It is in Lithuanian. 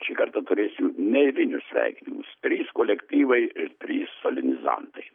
šį kartą turėsiu neeilinius sveikinimus trys kolektyvai ir trys solenizantai